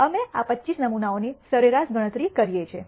અમે આ 25 નમૂનાઓની સરેરાશ ગણતરી કરીએ છીએ